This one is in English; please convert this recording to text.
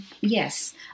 Yes